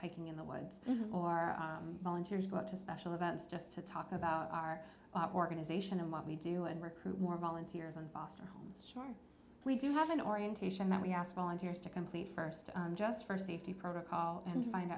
hiking in the woods or our volunteers go out to special events just to talk about our organization and what we do and recruit more volunteers and foster homes we do have an orientation that we asked volunteers to complete first just for safety protocol and find